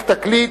תקליט),